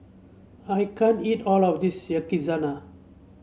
I can't eat all of this Yakizakana